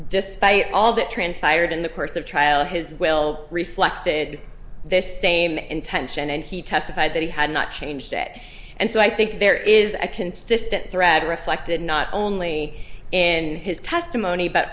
despite all that transpired in the course of trial his well reflected this same intention and he testified that he had not changed it and so i think there is a consistent thread reflected not only in his testimony but